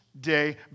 day